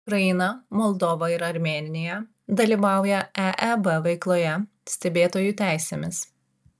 ukraina moldova ir armėnija dalyvauja eeb veikloje stebėtojų teisėmis